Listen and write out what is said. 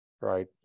right